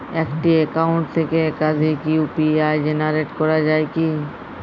একটি অ্যাকাউন্ট থেকে একাধিক ইউ.পি.আই জেনারেট করা যায় কি?